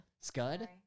Scud